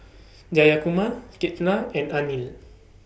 Jayakumar Ketna and Anil